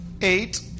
Eight